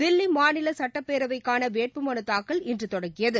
தில்லிமாநிலசட்டப்பேரவைக்கானவேட்புமனுதாக்கல் இன்றுதொடங்கியது